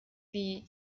wie